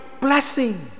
Blessing